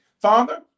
Father